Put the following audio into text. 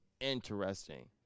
interesting